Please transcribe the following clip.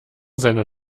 seiner